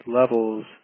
levels